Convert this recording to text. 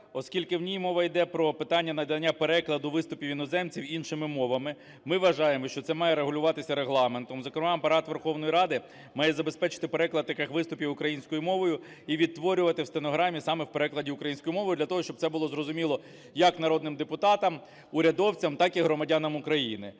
оскільки в ній мова йде про питання надання перекладу виступів іноземців іншими мовами. Ми вважаємо, що це має регулюватися Регламентом. Зокрема, Апарат Верховної Ради має забезпечити переклад таких виступів українською мовою і відтворювати в стенограмі саме в перекладі українською мовою для того, щоб це було зрозуміло як народним депутатам, урядовцям, так і громадянам України.